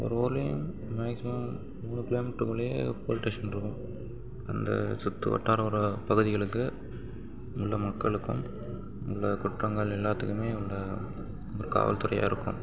ஒரு ஊரிலயும் மேக்சிமம் மூணு கிலோமீட்டருக்குள்ளயே போலீஸ் ஸ்டேஷன் இருக்கும் அந்த சுற்று வட்டாரம் வர பகுதிகளுக்கு உள்ள மக்களுக்கும் உள்ள குற்றங்கள் எல்லாத்துக்குமே உள்ள ஒரு காவல்துறையாக இருக்கும்